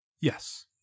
Yes